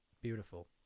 Beautiful